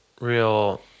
real